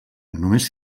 només